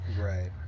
right